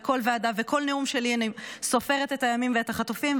ובכל ועדה ובכל נאום שלי אני סופרת את הימים ואת החטופים,